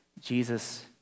Jesus